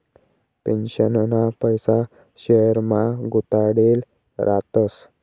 पेन्शनना पैसा शेयरमा गुताडेल रातस